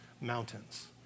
mountains